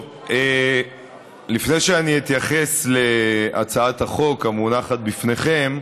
לפני שאני אתייחס להצעת החוק המונחת בפניכם,